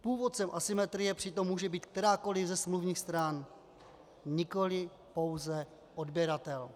Původcem asymetrie přitom může být kterákoli ze smluvních stran, nikoli pouze odběratel.